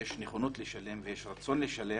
יש נכונות לשלם ויש רצון לשלם.